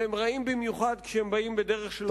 והם רעים במיוחד כשהם באים בדרך של הוראת שעה.